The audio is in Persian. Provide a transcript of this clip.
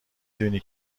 دونی